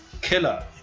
Killer